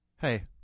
Hey